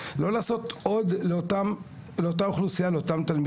התנאים שברו אותי,